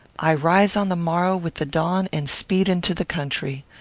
i rise on the morrow with the dawn and speed into the country.